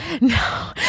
No